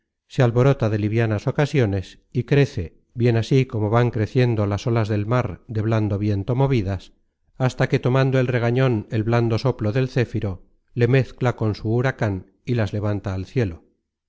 se alborota de livianas ocasiones y crece bien así como van creciendo las olas del mar de blando viento movidas hasta que tomando el regañon el blando soplo del céfiro le mezcla con su huracan y las levanta al cielo